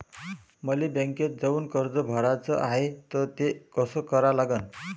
मले बँकेत जाऊन कर्ज भराच हाय त ते कस करा लागन?